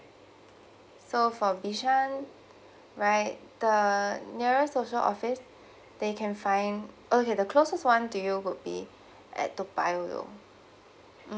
so far bishan right the nearest social office they can fine okay the closest one to you would be at toa payoh